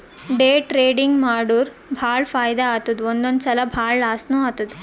day trading ಮಾಡುರ್ ಭಾಳ ಫೈದಾ ಆತ್ತುದ್ ಒಂದೊಂದ್ ಸಲಾ ಭಾಳ ಲಾಸ್ನೂ ಆತ್ತುದ್